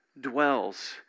dwells